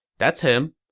that's him.